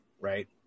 Right